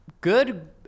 Good